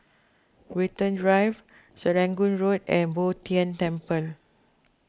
Watten Drive Serangoon Road and Bo Tien Temple